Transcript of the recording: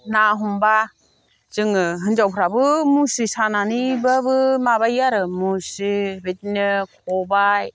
ना हमब्ला जोङो हिनजावफ्राबो मुसारि सानानैब्लाबो माबायो आरो मुसारि बिदिनो खबाइ